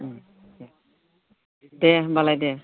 दे दे होमब्लालाय दे